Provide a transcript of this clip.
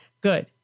good